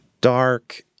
dark